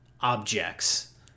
objects